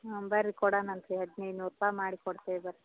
ಹಾಂ ಬನ್ರಿ ಕೊಡೋಣಂತ್ರೀ ಹದಿನೈದು ನೂರು ರೂಪಾಯಿ ಮಾಡಿಕೊಡ್ತೇವೆ ಬನ್ರಿ